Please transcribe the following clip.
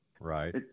Right